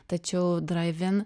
tačiau drive in